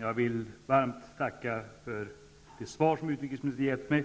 Jag vill varmt tacka för det svar som utrikesministern har gett mig,